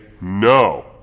no